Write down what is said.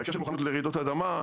בהקשר של מוכנות לרעידות אדמה,